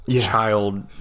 child